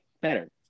Better